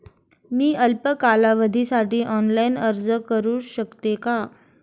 मी अल्प कालावधीसाठी ऑनलाइन अर्ज करू शकते का?